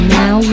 now